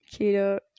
keto